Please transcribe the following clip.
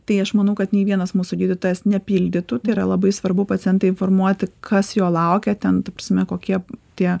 tai aš manau kad nei vienas mūsų gydytojas nepildytų tai yra labai svarbu pacientą informuoti kas jo laukia ten ta prasme kokie tie